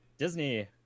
Disney